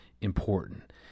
important